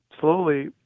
slowly